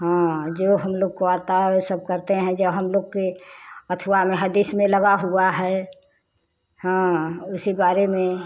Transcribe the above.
हाँ जो हम लोग को आता है वही सब करते हैं जो हम लोग के अथवा में है देश में लगा हुआ है हाँ उसी बारे में